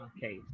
Okay